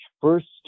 first